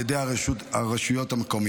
של חבר הכנסת ארז מלול ויונתן מישרקי,